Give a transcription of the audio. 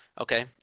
okay